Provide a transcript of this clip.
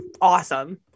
Awesome